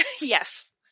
Yes